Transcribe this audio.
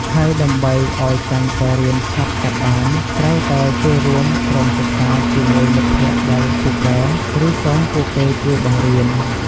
ហើយដើម្បីអោយកាន់តែរៀនឆាប់ចាប់បាន ត្រូវតែចូលរួមក្រុមសិក្សាជាមួយមិត្តភក្តិដែលពូកែ ឬសុំពួកគេជួយបង្រៀន។